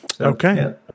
Okay